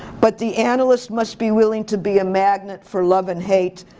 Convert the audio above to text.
but the analyst must be willing to be a magnet for love and hate,